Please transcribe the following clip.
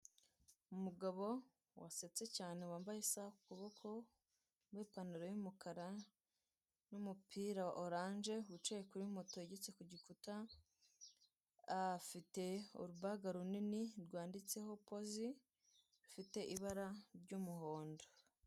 Umugabo wasetse cyane wambaye isaha ku kuboko n'ipantaro y'umukara n'umupira wa oranje, wicaye kuri moto yegetse ku gikuta afite urubaga runini rwanditseho pozi, ifite ibara ry'umuhondo.